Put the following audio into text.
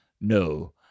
No